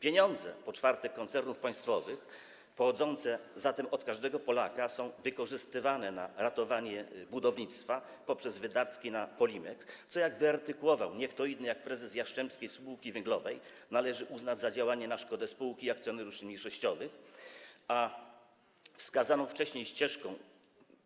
Pieniądze - po czwarte - koncernów państwowych, pochodzące zatem od każdego Polaka, są wykorzystywane na ratowanie budownictwa poprzez wydatki na Polimex, co jak wyartykułował nie kto inny jak prezes Jastrzębskiej Spółki Węglowej, należy uznać za działanie na szkodę spółki i akcjonariuszy mniejszościowych, a wskazaną wcześniej ścieżką